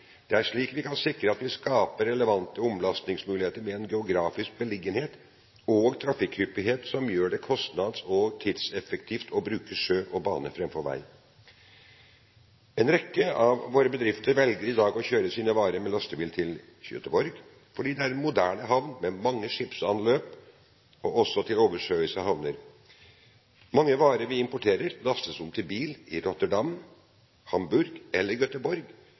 Det er slik vi kan sikre at vi skaper relevante omlastningsmuligheter med en geografisk beliggenhet og trafikkhyppighet som gjør det kostnads- og tidseffektivt å bruke sjø og bane framfor vei. En rekke av våre bedrifter velger i dag å kjøre sine varer med lastebil til Göteborg fordi det er en moderne havn med mange skipsanløp, også til oversjøiske havner. Mange varer vi importerer, lastes om til bil i Rotterdam, Hamburg eller